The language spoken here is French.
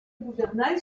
gouvernail